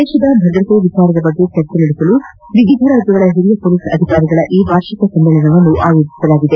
ದೇಶದ ಭದ್ರತೆ ವಿಷಯದ ಕುರಿತು ಚರ್ಚೆ ನಡೆಸಲು ವಿವಿಧ ರಾಜ್ಯಗಳ ಹಿರಿಯ ಪೊಲೀಸ್ ಅಧಿಕಾರಿಗಳ ಈ ವಾರ್ಷಿಕ ಸಮ್ಮೇಳನವನ್ನು ಆಯೋಜಿಸಲಾಗಿದೆ